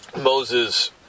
Moses